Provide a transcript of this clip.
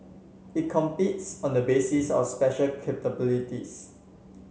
it competes on the basis of special capabilities